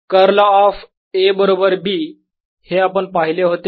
curl of A बरोबर B हे आपण पाहिले होते